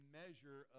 measure